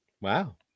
Wow